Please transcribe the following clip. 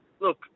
look